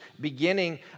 beginning